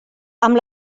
amb